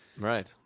Right